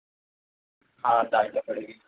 ہاں داٮٔیں طرف پڑے گی